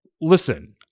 listen